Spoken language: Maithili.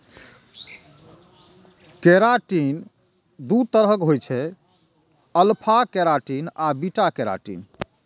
केराटिन दू तरहक होइ छै, अल्फा केराटिन आ बीटा केराटिन